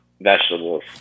vegetables